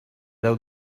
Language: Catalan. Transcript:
deu